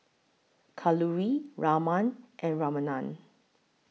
Kalluri Raman and Ramanand